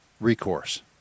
recourse